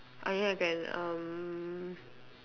I mean I can um